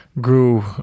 grew